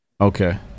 Okay